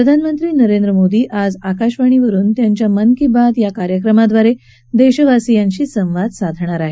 प्रधानमंत्री नरेंद्र मोदी आज आकाशवाणीवरुन त्यांच्या मन की बात या कार्यक्रमाद्वारे देशावासियांशी संवाद साधणार आहे